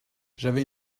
j’avais